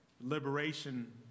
liberation